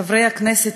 חברי הכנסת,